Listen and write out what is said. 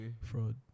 fraud